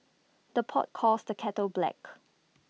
the pot calls the kettle black